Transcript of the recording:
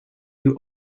you